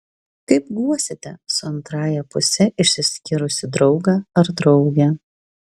kaip guosite su antrąja puse išsiskyrusį draugą ar draugę